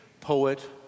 poet